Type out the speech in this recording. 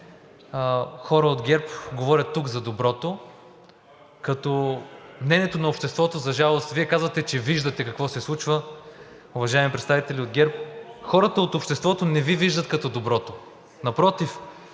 хора от ГЕРБ говорят тук за доброто, като мнението на обществото, за жалост, Вие казвате, че виждате какво се случва, уважаеми представители от ГЕРБ, хората от обществото не Ви виждат като доброто, напротив,